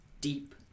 deep